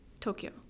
Tokyo